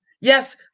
Yes